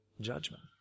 judgment